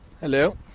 Hello